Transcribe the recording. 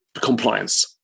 compliance